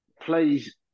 plays